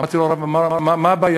אמרתי לו: הרב, מה הבעיה?